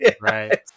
Right